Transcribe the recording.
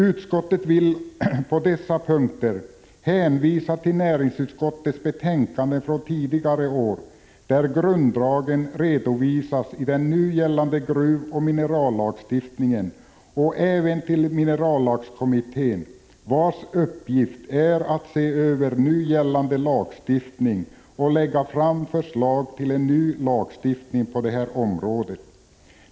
Utskottet vill på dessa punkter hänvisa till näringsutskottets betänkanden från tidigare år, där grunddragen redovisas i den nu gällande gruvoch minerallagstiftningen, och även till minerallagskommittén, vars uppgift är att se över nuvarande lagstiftning och lägga fram förslag till nya lagregler på detta område.